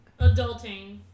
Adulting